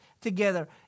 together